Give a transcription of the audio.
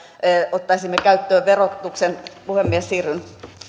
ottaisimme käyttöön verotuksen puhemies siirryn